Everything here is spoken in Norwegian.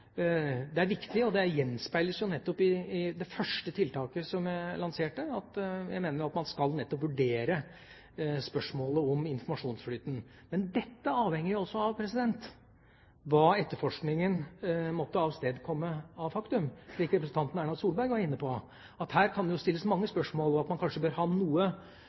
Det er viktig, og det gjenspeiles nettopp i det første tiltaket jeg lanserte, at jeg mener at man skal vurdere spørsmålet om informasjonsflyten. Men dette avhenger også av hva etterforskningen måtte avstedkomme av fakta, slik representanten Erna Solberg var inne på. Her kan det stilles mange spørsmål, og man bør kanskje ha noe